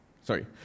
sorry